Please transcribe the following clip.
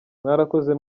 mwarakoze